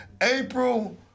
April